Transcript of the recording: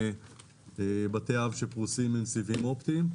בתי אב שפרוסים עם סיבים אופטיים.